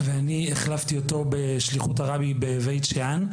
ואני החלפתי אותו בשליחות הרבי בבית שאן.